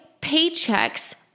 paychecks